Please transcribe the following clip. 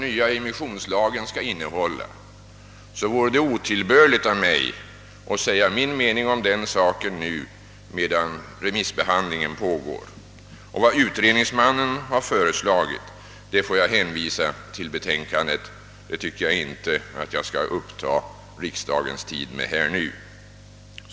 nya immissionslagen skall innehålla vore det otillbörligt av mig att säga min mening om den saken nu medan remissbehandlingen pågår. Rörande vad utredningsmannen har föreslagit får jag hänvisa till betänkandet; det anser jag mig inte böra uppta kammarens tid med nu.